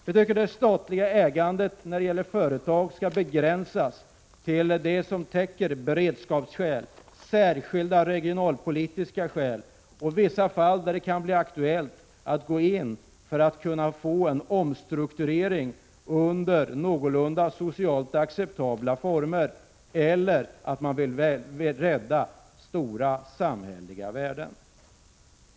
Vi tycker det statliga ägandet när det gäller företag skall begränsas till det som täcker beredskapsskäl, särskilda regionalpolitiska skäl och vissa fall där det kan bli aktuellt att gå in för att få till stånd en omstrukturering under socialt någorlunda acceptabla former, eller när man vill rädda stora samhälleliga värden.